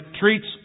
treats